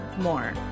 more